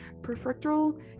prefectural